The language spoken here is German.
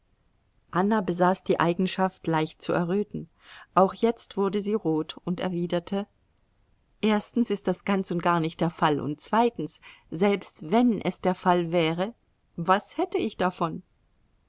anna besaß die eigenschaft leicht zu erröten auch jetzt wurde sie rot und erwiderte erstens ist das ganz und gar nicht der fall und zweitens selbst wenn es der fall wäre was hätte ich davon